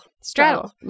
Straddle